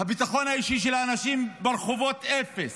הביטחון האישי של אנשים ברחובות, אפס,